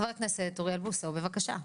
חבר הכנסת אוריאל בוסו, בבקשה.